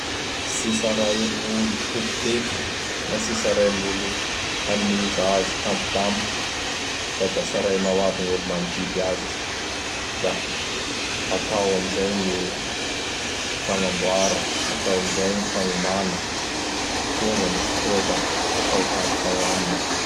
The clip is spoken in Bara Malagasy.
Tsy tsaray ami gn' olo topo-pety na tsy tsaray amin' olo hanomeza azy tampotampoky. Fa da tsarainao aby gn' olo manodidy azy da atao amin'izay gny fagnamboara, atao amin'izay gny fagnomana. Tonga gny fotoa da atao tampoky agnaminy igny.